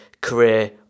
career